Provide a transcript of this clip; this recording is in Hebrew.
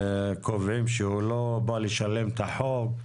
קובעים שהוא לא בא לשלם את החוב.